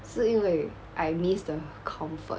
是因为 I miss the comfort